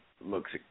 looks